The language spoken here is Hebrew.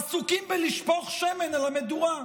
עסוקים בלשפוך שמן על המדורה.